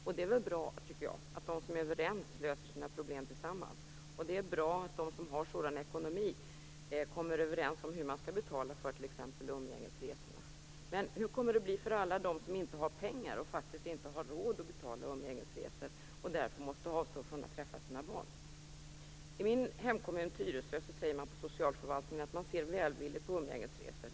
Och det är väl bra att de som är överens löser sina problem tillsammans. Det är bra att de som har sådan ekonomi kommer överens om hur man skall betala för t.ex. umgängesresorna. Men hur kommer det att bli för alla dem som inte har pengar och som faktiskt inte har råd att betala umgängesresor och som därför måste avstå från att träffa sina barn? I min hemkommun, Tyresö, säger man på socialförvaltningen att man ser välvilligt på umgängesresor.